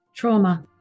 Trauma